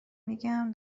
میگم